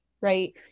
right